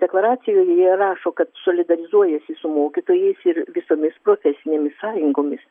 deklaracijoje jie rašo kad solidarizuojasi su mokytojais ir visomis profesinėmis sąjungomis